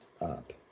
up